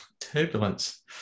turbulence